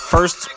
First